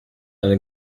einer